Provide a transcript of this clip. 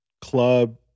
club